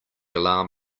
alarm